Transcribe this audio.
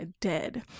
dead